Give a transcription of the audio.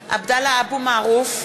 (קוראת בשמות חברי הכנסת) עבדאללה אבו מערוף,